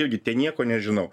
irgi ten nieko nežinau